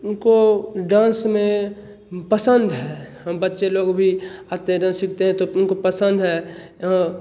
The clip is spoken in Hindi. उनको डांस में पसंद है बच्चे लोग भी आते हैं सीखते हैं तो उनको पसंद है आँ